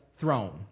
throne